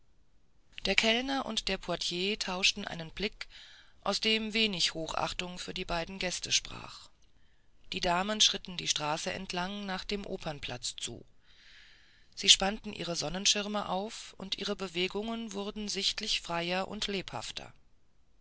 der kellner und der portier tauschten einen blick aus dem wenig hochachtung für die beiden gäste sprach die damen schritten die straße entlang nach dem opernplatz zu sie spannten ihre sonnenschirme auf und ihre bewegungen wurden sichtlich freier und lebhafter